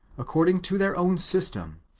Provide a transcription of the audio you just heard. according to their own system,